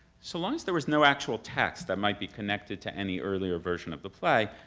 so long as there was no actual text that might be connected to any earlier version of the play,